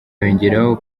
yongeraho